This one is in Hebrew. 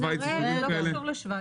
זה לא קשור לשוויץ.